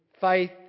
Faith